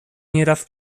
nieraz